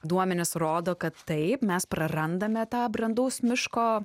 duomenys rodo kad taip mes prarandame tą brandaus miško